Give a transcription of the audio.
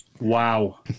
wow